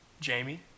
Jamie